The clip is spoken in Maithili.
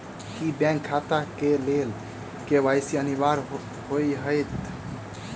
की बैंक खाता केँ लेल के.वाई.सी अनिवार्य होइ हएत?